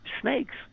Snakes